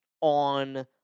on